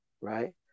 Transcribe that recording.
right